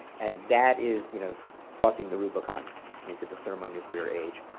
and that is you know crossing the rubicon into the thermonuclear age.